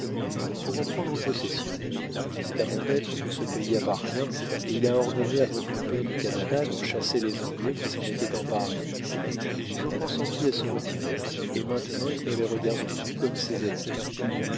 pour en prendre possession c'est à mon maître que ce pays appartient et il a ordonné à votre père du canada d'en chasser les anglais qui s'en étaient emparés ils ont consenti à se retirer et maintenant il ne les regarde plus comme ses ennemis